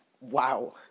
Wow